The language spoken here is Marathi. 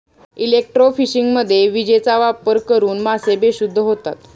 इलेक्ट्रोफिशिंगमध्ये विजेचा वापर करून मासे बेशुद्ध होतात